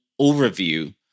overview